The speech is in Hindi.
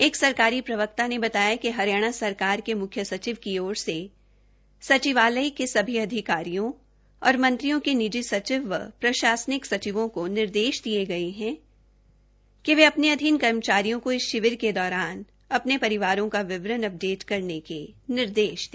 एक सरकारी प्रवक्ता ने बताया कि हरियाणा सरकार के मुख्य सचिव की ओर से सचिवालय के सभी अधिकारियों तथा मंत्रियों को निजी सचिव व प्रशासिक सचिवों को निर्देश दिये गये है कि वे अपने अधीन कर्मचारियों को इस शिविर के दौरान अपने परिवारों का विवरण अपडेट करवाने के निर्देश दे